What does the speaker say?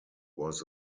was